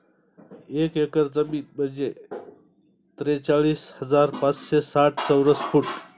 एक एकर जमीन म्हणजे त्रेचाळीस हजार पाचशे साठ चौरस फूट